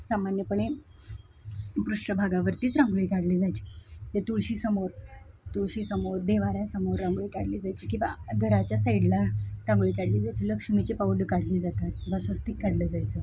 सामान्यपणे पृष्ठभागावरतीच रांगोळी काढली जायची ते तुळशीसमोर तुळशीसमोर देव्हाऱ्यासमोर रांगोळी काढली जायची किंवा घराच्या साईडला रांगोळी काढली जायची लक्ष्मीची पावले काढली जातात किंवा स्वस्तिक काढलं जायचं